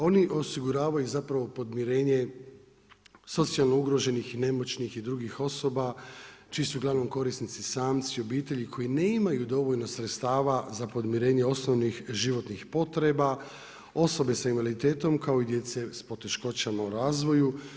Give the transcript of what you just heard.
Oni osiguravaju zapravo podmirenje socijalno ugroženih i nemoćnih i drugih osoba čiji su uglavnom korisnici samci, obitelji koji nemaju dovoljno sredstava za podmirenje osnovnih životnih potreba, osobe sa invaliditetom kao i djece s poteškoćama u razvoju.